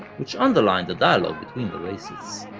which underlined the dialogue between the races.